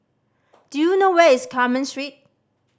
do you know where is Carmen Street